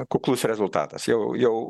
kuklus rezultatas jau jau